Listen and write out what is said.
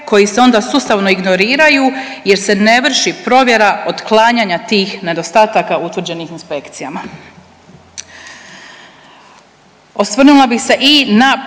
koji se onda sustavno ignoriraju jer se ne vrši provjera otklanjanja tih nedostataka utvrđenih inspekcijama.